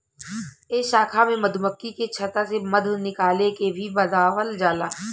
ए शाखा में मधुमक्खी के छता से मध निकाले के भी बतावल जाला